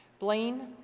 blane,